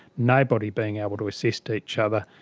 nobody being able to assist each other.